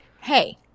hey